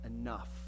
enough